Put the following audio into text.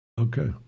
Okay